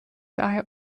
daher